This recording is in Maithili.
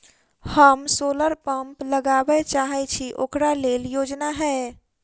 हम सोलर पम्प लगाबै चाहय छी ओकरा लेल योजना हय?